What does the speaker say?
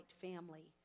family